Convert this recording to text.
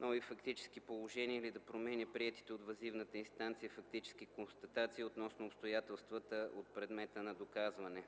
нови фактически положения или да променя приетите от въззивната инстанция фактически констатации относно обстоятелствата от предмета на доказване.